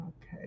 Okay